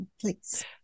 please